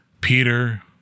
Peter